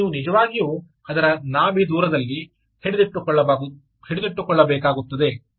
ಅದನ್ನು ನೀವು ನಿಜವಾಗಿಯೂ ಅದರ ನಾಭಿದೂರದಲ್ಲಿ ಹಿಡಿದಿಟ್ಟುಕೊಳ್ಳಬೇಕಾಗುತ್ತದೆ